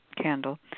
candle